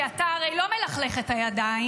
כי אתה הרי לא מלכלך את הידיים,